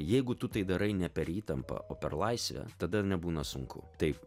jeigu tu tai darai ne per įtampą o per laisvę tada nebūna sunku taip